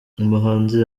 umuhanzi